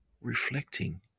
reflecting